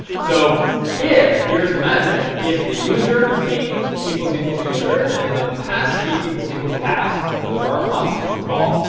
so if here's the magic, if the user key equals-equals user and the pass key equals-equals pass, those are our constants recall,